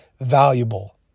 valuable